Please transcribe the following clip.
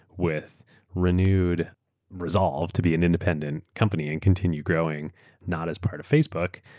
with renewed resolve to be an independent company and continue growing not as part of facebook.